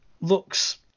looks